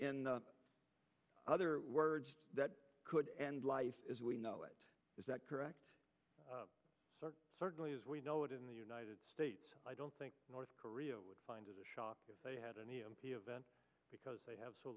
in other words that could end life as we know it is that correct certainly as we know it in the united states i don't think north korea would find a shot if they had an e m p event because they have so